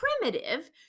primitive